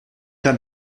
dein